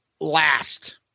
last